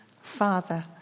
Father